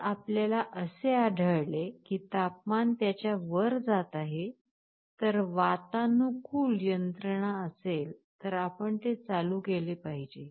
जर आपल्याला असे आढळले की तापमान त्याच्या वर जात आहे तर वातानुकूलन यंत्रणा असेल तर आपण ते चालू केले पाहिजे